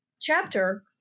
chapter